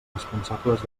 responsables